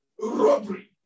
robbery